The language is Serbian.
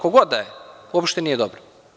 Ko god da je to uopšte nije dobro.